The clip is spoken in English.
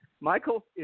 Michael